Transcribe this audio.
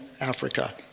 Africa